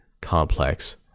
complex